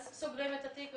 אז סוגרים את התיק,